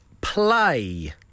play